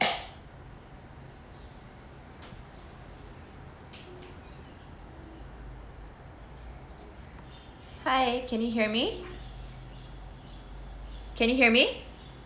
hi can you hear me can you hear me